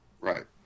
Right